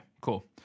Cool